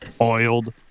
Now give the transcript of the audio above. oiled